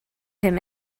him